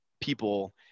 people